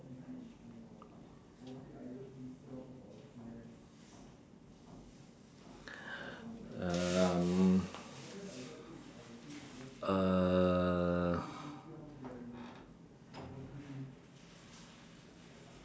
um err